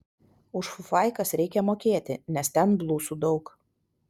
už fufaikas reikia mokėti nes ten blusų daug